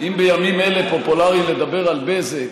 אם בימים אלה פופולרי לדבר על בזק,